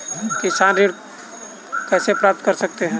किसान ऋण कैसे प्राप्त कर सकते हैं?